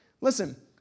Listen